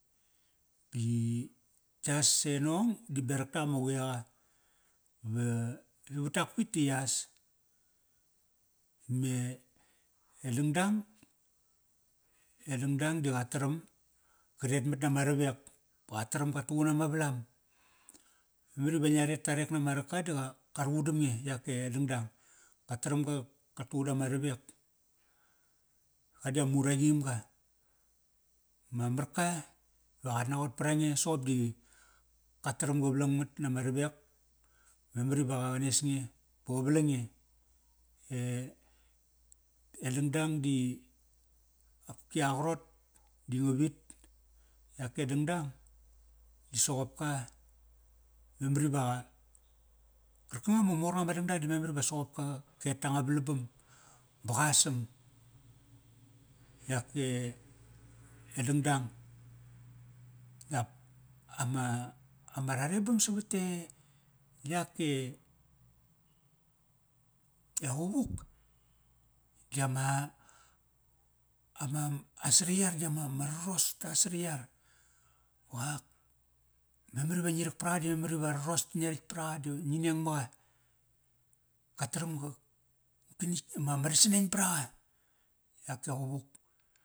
Ba yi, yas e nong, di berak tak ama quiaqa va vatakpit di yas. Me, e dangdang, e dangdang di qataram, ka retmat nama ravek. Ba qataram ga tuqun nama valam. Memar ive ngia ret tarek nama raka ta qa, ka ruqudam nge. Yak e dangdang, ka taram ga, ka tuqudama ravek. Ka di amuraqimga. Ma marka va qat naqot prange soqop di qa taram ga valangmat nama ravek. Memar iva qa nes nge ba qa valang nge. E, e dangdang di qopki a qarot di nga vit. Yak e dangdang di soqop ka memar iva qa, karkanga ma mornga ma dangdang di memar iva soqopka qa, ka et tanga valabam, ba qasam, yak e dangdang. Dap ama, ama rarebam savat e, yak e, e quvuk di ama, ama a sariyar di ama, ma raros ta sariya va qa, memar iva ngi rak praqa di memar iva raros na ngia ratk praqa da ngi, neng maqa. Ka taram ga ma rasaneng braqa. Yak e quvuk.